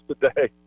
today